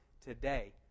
today